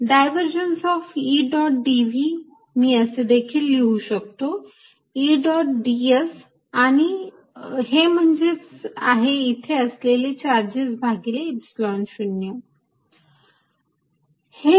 divergence of E dot dv मी असे देखील लिहू शकतो E1 डॉट ds आणि हे म्हणजेच आहे इथे असलेले चार्जेस भागिले epsilon 0